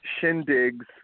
Shindig's